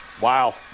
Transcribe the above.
Wow